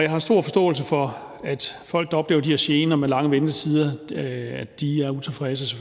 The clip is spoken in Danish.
Jeg har stor forståelse for, at folk, der oplever de her gener med lange ventetider, er utilfredse,